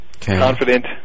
confident